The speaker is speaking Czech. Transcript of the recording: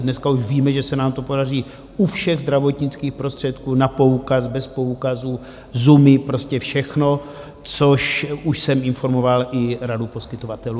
Dneska už víme, že se nám to podaří u všech zdravotnických prostředků na poukaz, bez poukazu ZUMy, prostě všechno, což už jsem informoval i Radu poskytovatelů.